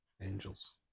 Angels